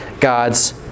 God's